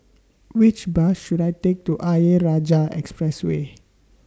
Which Bus should I Take to Ayer Rajah Expressway